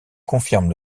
confirme